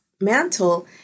mantle